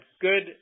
good